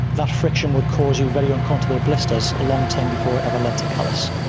that friction would cause you very uncomfortable blisters a long time before it ever lead to callus.